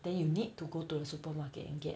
then you need to go to the supermarket and get